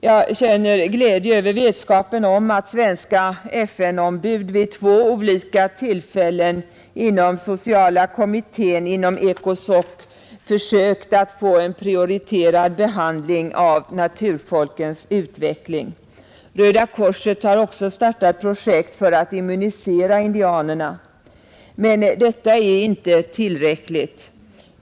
Jag känner glädje över vetskapen att svenska FN-ombud vid två olika tillfällen inom sociala kommittén inom Ecosoc har försökt att få en prioriterad behandling av naturfolkens utveckling. Röda korset har också startat projekt för att immunisera indianerna, men detta är inte tillräckligt.